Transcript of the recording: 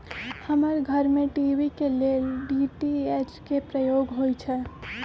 हमर घर में टी.वी के लेल डी.टी.एच के प्रयोग होइ छै